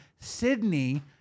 Sydney